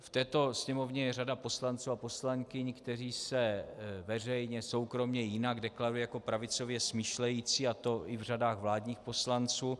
V této Sněmovně je řada poslanců a poslankyň, kteří se veřejně, soukromě i jinak deklarují jako pravicově smýšlející, a to i v řadách vládních poslanců.